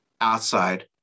outside